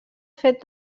fet